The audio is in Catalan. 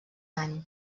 any